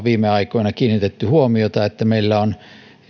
viime aikoina kiinnitetty huomiota siihen että meillä on